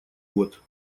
год